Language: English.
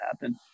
happen